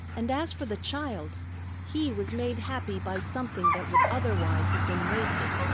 and as for the child he was made happy by something that would otherwise have been wasted,